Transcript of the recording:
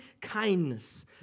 kindness